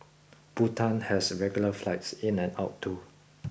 Bhutan has regular flights in and out too